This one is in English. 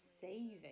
saving